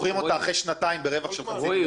אחרי שנתיים ברווח של חצי מיליון שקל.